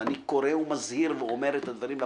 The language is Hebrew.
ואני קורא ומזהיר ואומר את הדברים לפרוטוקול: